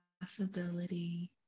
possibility